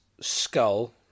skull